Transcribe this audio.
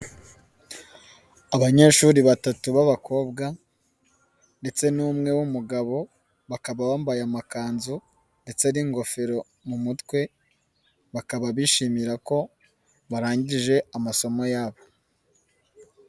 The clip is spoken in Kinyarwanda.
Abanyeshuri batatu b'abakobwa ndetse n'umwe w'umugabo bakaba bambaye amakanzu ndetse n'ingofero mu mutwe bakaba bishimira ko barangije amasomo yabo.